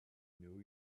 new